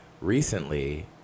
recently